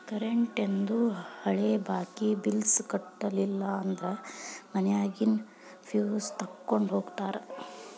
ಕರೆಂಟೇಂದು ಹಳೆ ಬಾಕಿ ಬಿಲ್ಸ್ ಕಟ್ಟಲಿಲ್ಲ ಅಂದ್ರ ಮನ್ಯಾಗಿನ್ ಫ್ಯೂಸ್ ತೊಕ್ಕೊಂಡ್ ಹೋಗ್ತಾರಾ